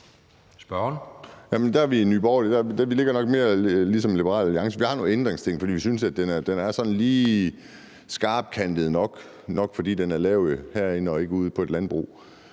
Borgerlige nok på samme sted som Liberal Alliance. Vi har nogle ændringsforslag, fordi vi synes, at det er lige skarpkantet nok, og det er nok, fordi det er lavet herinde og ikke ude på et landbrug.